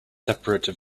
separate